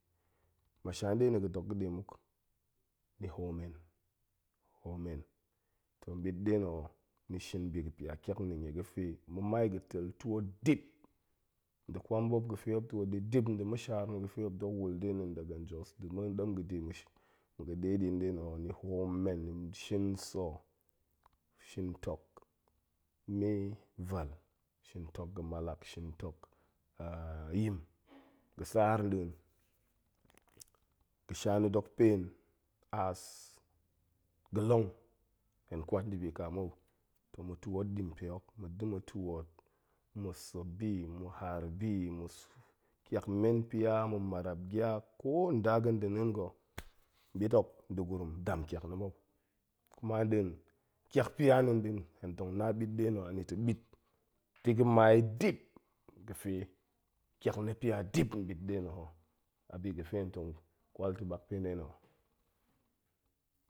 Masha nɗe na̱ ga̱ dok ga̱ ɗe muk, ni hoom ni hoom men, toh nɓit nɗe na̱ ho, ni shin bi ga̱ pia ƙiak na̱ nie ga̱fe, ma̱mai ga̱ tel twoot dip, nda̱ kwamɓop ga̱fe muop twoot ɗi dip, nda̱ ma̱shaar na̱ ga̱fe muop dok wul de na̱ ndaga njos, nda̱ ɗemde msh ma̱ga̱ ɗe ɗi nɗe na̱ ho, ni hoom men, ni shin sa̱, shin tok me, vel, shin tok ga̱ mualak. shin tok yim ga̱ saar nɗin, ga̱sha na̱ dok pen aas ga̱long, hen kwat ndibi ƙa mou. toh ma̱ twoot ɗi npe hok buk da̱ mu twoot, ma̱ sa̱ bi, ma̱ haar bi ma̱, ḵiak men pia, ma̱ ma̱rap gia, ko nda ga̱ nda̱ neen ga̱, nɓit hok, nda̱ gurum dam ƙiak na̱ ba, kuma nɗin ƙiak pia na̱ nɗin hen tong na ɓit nɗe na̱ anita̱ ɓit ta̱ ga̱ ma i dip ga̱fe, ƙiak na̱ pia dip nɗin ɓit nɗe na̱ ho, abiga̱fe ntong kwal ta̱ mak npe nɗe na̱